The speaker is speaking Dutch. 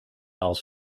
als